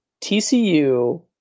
TCU